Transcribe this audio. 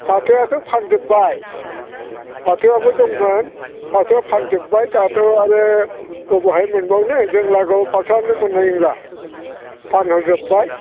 फाथोआथ' फानजोबबाय फाथोआबो दंमोन फाथोआ फानजोबबाय दाथ' आरो बबेहाय मोनबावनो जों लागोआव फाथोआनो मोननाय नंला फानहरजोबबाय